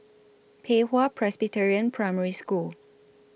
Pei Hwa Presbyterian Primary School